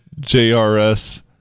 JRS